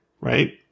right